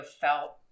felt